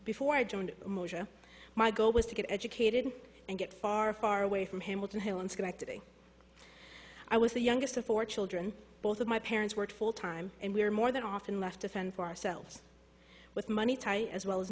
before i joined moshe my goal was to get educated and get far far away from hamilton hill in schenectady i was the youngest of four children both of my parents worked full time and we were more than often left to fend for ourselves with money tight as well as